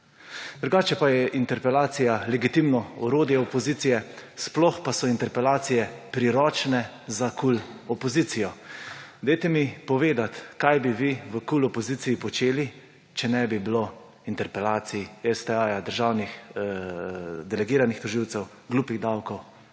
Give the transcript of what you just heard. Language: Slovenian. Drugače pa je interpelacija legitimno orodje opozicije. Sploh pa so interpelacije priročne za opozicijo KUL. Dajte mi povedati, kaj bi vi v opoziciji KUL počeli, če ne bi bilo interpelacij, STA, delegiranih tožilcev, glupih davkov.